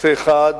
נושא אחד